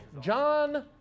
John